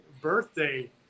birthday